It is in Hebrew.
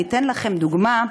אני אתן לכם דוגמה,